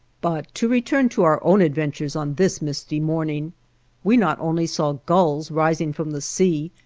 but to return to our own adventures on this misty morning we not only saw gulls rising from the sea,